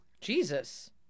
Jesus